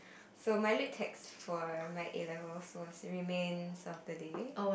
so my lit text for my A-levels was remains of the day